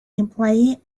employee